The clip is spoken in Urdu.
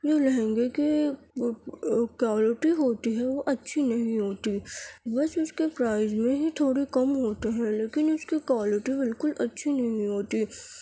جو لہنگے کے کوالٹی ہوتی ہے وہ اچھی نہیں ہوتی بس اس کے پرائز میں ہی تھوڑے کم ہوتے ہیں لیکن اس کی کوالٹی بالکل اچھی نہیں ہوتی